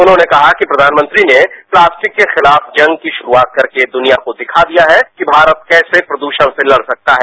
उन्होंने कहा कि प्रघानमंत्री ने प्लास्टिक के खिलाफ जंग की शुरूआत करके दृनिया को दिखा दिया है कि भारत कैसे प्रदूषण से लड़ सकता है